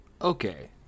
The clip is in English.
Okay